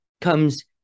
comes